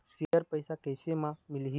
Share पैसा कैसे म मिलही?